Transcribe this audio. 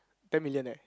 ten million leh